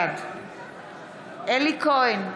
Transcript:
בעד אלי כהן,